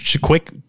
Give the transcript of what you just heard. quick